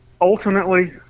ultimately